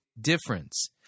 difference